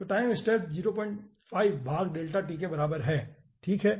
तो time step 05 भाग delta t के बराबर है ठीक है